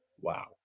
Wow